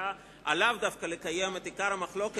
ובחרה דווקא עליו לקיים את עיקר המחלוקת,